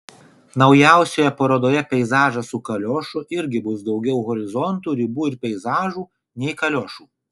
naujausioje parodoje peizažas su kaliošu irgi bus daugiau horizontų ribų ir peizažų nei kaliošų